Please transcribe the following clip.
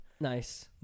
Nice